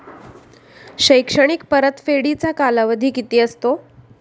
शैक्षणिक परतफेडीचा कालावधी किती असतो?